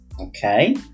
okay